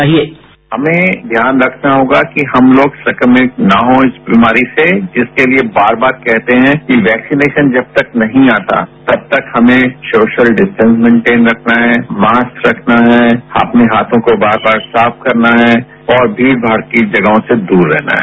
bite Narendra Saini हमें ध्यान रखना होगा कि हम लोग संक्रमित न हो इस बीमारी से जिसके लिए बार बार कहते हैं कि वैक्सीनेशन जब तक नहीं आता तब तक हमें सोशल डिस्टेंस मेंटेन रखना है मास्क रखना है अपने हाथों को बार बार साफ करना है और भीड़ भाड़ जगहों से दूर रहना है